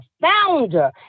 founder